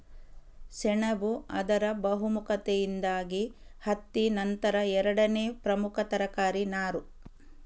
ಸೆಣಬು ಅದರ ಬಹುಮುಖತೆಯಿಂದಾಗಿ ಹತ್ತಿ ನಂತರ ಎರಡನೇ ಪ್ರಮುಖ ತರಕಾರಿ ನಾರು